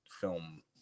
film